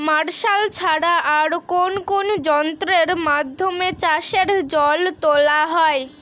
Martial ছাড়া আর কোন কোন যন্ত্রেরর মাধ্যমে চাষের জল তোলা হয়?